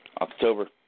October